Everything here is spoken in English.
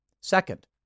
Second